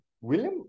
William